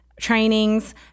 trainings